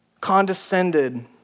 condescended